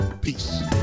peace